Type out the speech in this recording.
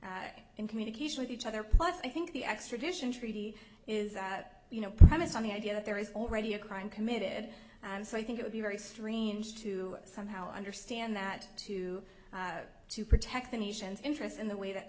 necessarily in communication with each other plus i think the extradition treaty is that you know premised on the idea that there is already a crime committed and so i think it would be very strange to somehow understand that to to protect the nation's interests in the way that